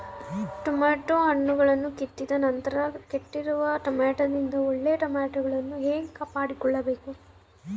Tomato ಹಣ್ಣುಗಳನ್ನು ಕಿತ್ತಿದ ನಂತರ ಕೆಟ್ಟಿರುವ ಟೊಮೆಟೊದಿಂದ ಒಳ್ಳೆಯ ಟೊಮೆಟೊಗಳನ್ನು ಹೇಗೆ ಕಾಪಾಡಿಕೊಳ್ಳಬೇಕು?